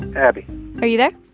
abby are you there?